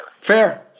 Fair